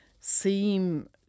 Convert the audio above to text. seem